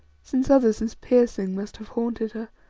since others as piercing must have haunted her.